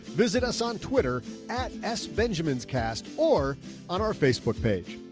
visit us on twitter at s benjamin's cast or on our facebook page.